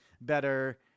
better